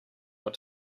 want